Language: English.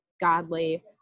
godly